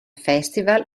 festival